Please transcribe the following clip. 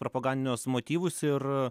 propagandinius motyvus ir